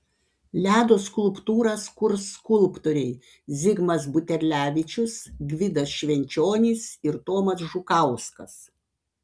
ledo skulptūras kurs skulptoriai zigmas buterlevičius gvidas švenčionis ir tomas žukauskas